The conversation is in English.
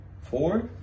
Four